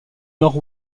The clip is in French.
nord